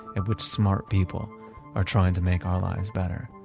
and which smart people are trying to make our lives better.